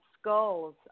skulls